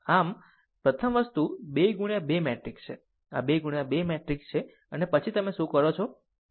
આમ પ્રથમ વસ્તુ 2 ગુણ્યા 2 મેટ્રિક્સ છે આ 2 ગુણ્યા 2 મેટ્રિક્સ છે અને પછી તમે શું કરો છો